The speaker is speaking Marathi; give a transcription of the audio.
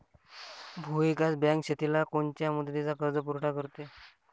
भूविकास बँक शेतीला कोनच्या मुदतीचा कर्जपुरवठा करते?